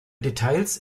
details